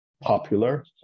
popular